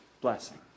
blessing